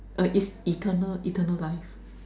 ah is eternal eternal life